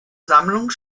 sammlung